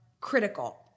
critical